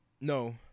no